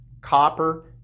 copper